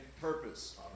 purpose